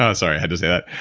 ah sorry. i had to say that.